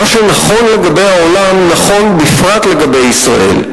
מה שנכון לגבי העולם נכון בפרט לגבי ישראל.